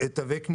הוועדה כבר דנה